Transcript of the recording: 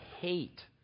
hate